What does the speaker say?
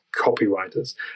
copywriters